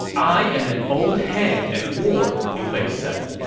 i am an old hand at war, liu bei said.